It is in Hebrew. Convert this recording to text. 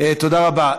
תודה רבה.